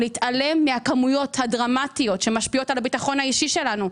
אי-אפשר להתעלם מהכמויות הדרמטיות שמשפיעות על הביטחון האישי שלנו,